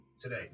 today